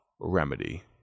remedy